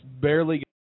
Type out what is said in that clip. barely